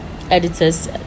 editors